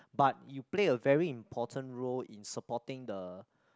but you play a very important role in supporting the